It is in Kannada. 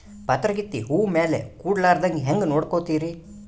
ಪಾತರಗಿತ್ತಿ ಹೂ ಮ್ಯಾಲ ಕೂಡಲಾರ್ದಂಗ ಹೇಂಗ ನೋಡಕೋತಿರಿ?